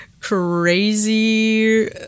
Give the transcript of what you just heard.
crazy